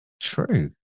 True